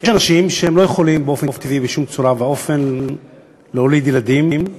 יש אנשים שלא יכולים בשום צורה ואופן להוליד ילדים באופן טבעי,